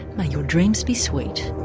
ah your dreams be sweet